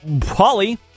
Polly